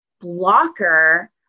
blocker